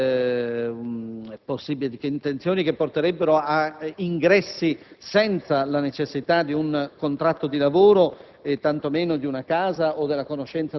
con le intenzioni che porterebbero a ingressi senza la necessità di un contratto di lavoro